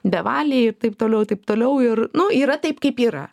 bevaliai ir taip toliau ir taip toliau ir nu yra taip kaip yra